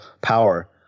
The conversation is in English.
power